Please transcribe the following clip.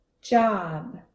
job